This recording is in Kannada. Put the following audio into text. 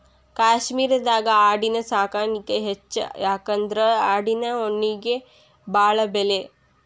ಕಾಶ್ಮೇರದಾಗ ಆಡಿನ ಸಾಕಾಣಿಕೆ ಹೆಚ್ಚ ಯಾಕಂದ್ರ ಆಡಿನ ಉಣ್ಣಿಗೆ ಬಾಳ ಬೆಲಿ